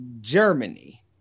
Germany